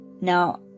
Now